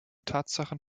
tatsachen